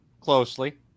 closely